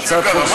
שיהיה ככה.